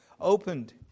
opened